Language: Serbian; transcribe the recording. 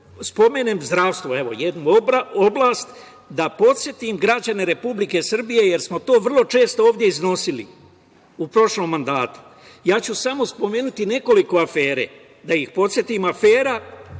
spomenem, zdravstvo. Evo jednu oblast, da podsetim građane Republike Srbije, jer smo to vrlo često ovde iznosili u prošlom mandatu. Spomenuti nekoliko afera, da ih podsetim. Afera